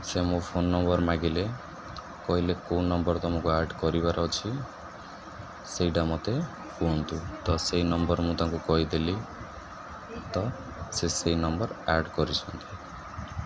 ସେ ମୋ phone number ମାଗିଲେ କହିଲେ କେଉଁ ନମ୍ବର ତମକୁ ଆଡ଼ କରିବାର ଅଛି ସେଇଟା ମୋତେ କୁହନ୍ତୁ ତ ସେଇ ନମ୍ବର ମୁଁ ତାଙ୍କୁ କହିଦେଲି ତ ସେ ସେଇ ନମ୍ବର ଆଡ଼୍ କରିଛନ୍ତି